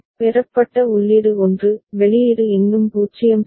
பெறப்பட்ட உள்ளீடு 1 வெளியீடு இன்னும் 0 சரி